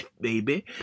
baby